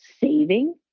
saving